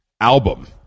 album